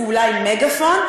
ואולי מגאפון,